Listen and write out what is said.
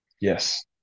Yes